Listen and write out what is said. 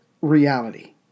reality